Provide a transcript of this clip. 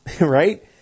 Right